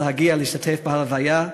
להשתתף בהלוויה.